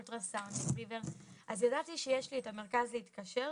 אולטרה סאונד ידעתי שיש לי את המרכז להתקשר,